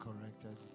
corrected